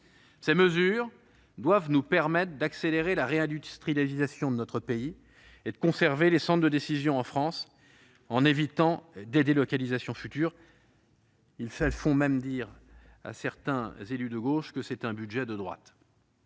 Ces mesures doivent nous permettre d'accélérer la réindustrialisation de notre pays et de conserver les centres de décision en France, en évitant de futures délocalisations. Elles font même dire à certains élus de gauche qu'il s'agit d'un budget de droite